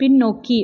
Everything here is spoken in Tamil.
பின்னோக்கி